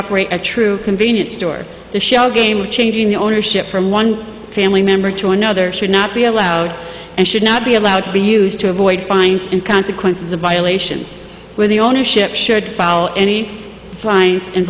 operate a true convenience store the shell game changing the ownership from one family member to another should not be allowed and should not be allowed to be used to avoid fines in consequence of violations when the ownership should fall any fines and